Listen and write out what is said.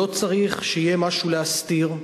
לא צריך שיהיה משהו להסתיר,